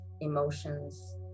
emotions